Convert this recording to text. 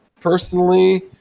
personally